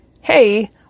Hey